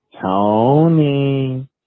Tony